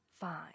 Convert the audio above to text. five